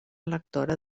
lectora